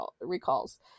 recalls